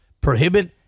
prohibit